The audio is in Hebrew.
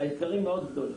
האתגרים מאוד גדולים.